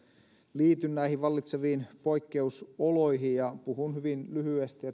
liity näihin vallitseviin poikkeusoloihin ja puhun hyvin lyhyesti